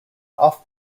off